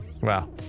Wow